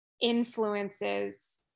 influences